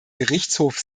gerichtshof